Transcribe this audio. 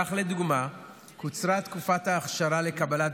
כך לדוגמה קוצרה תקופת ההכשרה לקבלת